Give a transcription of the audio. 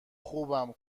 خوبم